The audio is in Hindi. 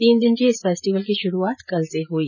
तीन दिन के इस फेस्टिवल की शुरूआत कल से हुई